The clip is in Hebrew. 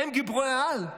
הם גיבורי-העל?